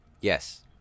Yes